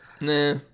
Nah